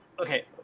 okay